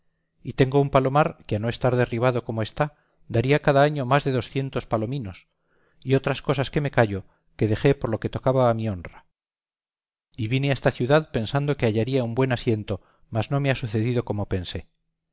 y tengo un palomar que a no estar derribado como está daría cada año más de doscientos palominos y otras cosas que me callo que dejé por lo que tocaba a mi honra y vine a esta ciudad pensando que hallaría un buen asiento mas no me ha sucedido como pensé